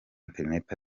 internet